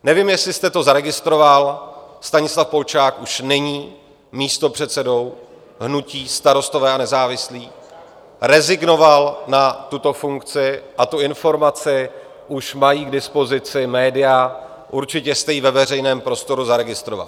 Nevím, jestli jste to zaregistroval, Stanislav Polčák už není místopředsedou hnutí Starostové a nezávislí, rezignoval na tuto funkci, a tu informaci už mají k dispozici média, určitě jste ji ve veřejném prostoru zaregistroval.